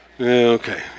Okay